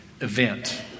event